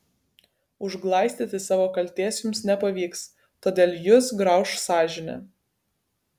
užglaistyti savo kaltės jums nepavyks todėl jus grauš sąžinė